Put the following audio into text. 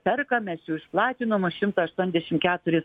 perka mes jų platinam už šimtą aštuoniasdešim keturis